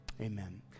Amen